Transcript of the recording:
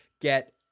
get